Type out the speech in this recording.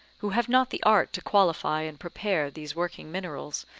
who have not the art to qualify and prepare these working minerals,